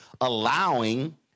allowing